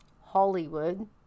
Hollywood